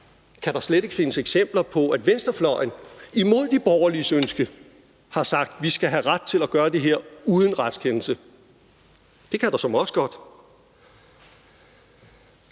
Kan der slet ikke findes eksempler på, at venstrefløjen imod de borgerliges ønske har sagt, at vi skal have ret til at gøre det her uden en retskendelse? Det kan der såmænd også godt.